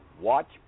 watch